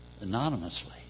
anonymously